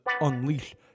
Unleash